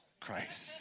Christ